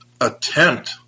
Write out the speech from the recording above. attempt